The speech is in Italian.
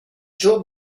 joe